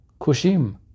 Kushim